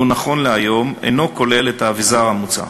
והוא, נכון להיום, אינו כולל את האביזר המוצע.